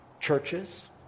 churches